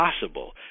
possible